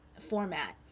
format